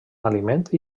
aliment